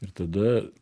ir tada